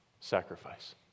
sacrifice